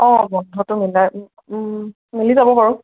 অঁ বন্ধটো মিলাই মিলি যাব বাৰু